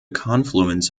confluence